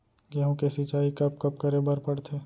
गेहूँ के सिंचाई कब कब करे बर पड़थे?